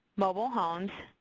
mobile homes,